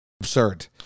absurd